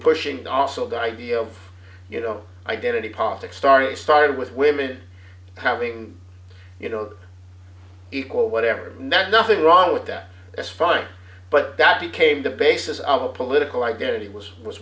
pushing also got idea of you know identity politics started started with women having you know equal whatever that nothing wrong with that that's fine but that became the basis of a political identity was was